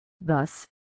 Thus